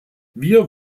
wir